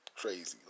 crazy